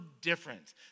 different